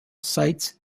sites